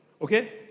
Okay